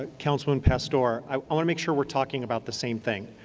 ah councilman pastor, i want to make sure we are talking about the same thing.